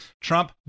Trump